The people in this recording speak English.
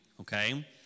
okay